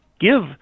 give